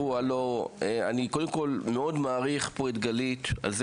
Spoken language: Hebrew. אני קודם כל מאוד מעריך פה את גלית על זה